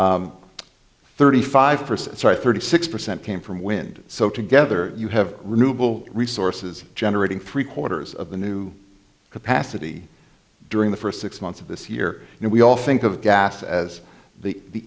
s thirty five percent sorry thirty six percent came from wind so together you have renewable resources generating three quarters of the new capacity during the first six months of this year and we all think of gas as the